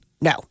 No